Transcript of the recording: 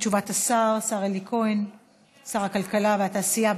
תשובת השר, השר אלי כהן, שר הכלכלה והתעשייה.